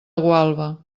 gualba